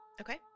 Okay